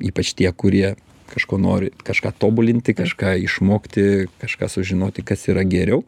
ypač tie kurie kažko nori kažką tobulinti kažką išmokti kažką sužinoti kas yra geriau